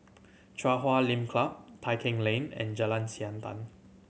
Chui Huay Lim Club Tai Keng Lane and Jalan Siantan